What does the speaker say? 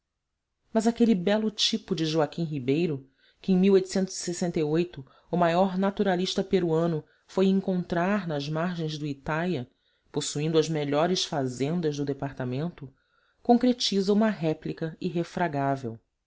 mas aquele belo tipo de joaquim ribeiro que em o maior naturalista peruano foi encontrar nas margens do itaia possuindo as melhores fazendas do departamento concretiza uma réplica irrefragável não o